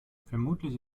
vermutlich